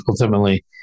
ultimately